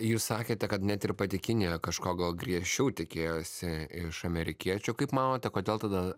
jūs sakėte kad net ir pati kinija kažko griežčiau tikėjosi iš amerikiečių kaip manote kodėl tada